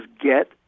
get